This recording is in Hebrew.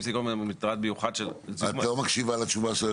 זה מכוסה.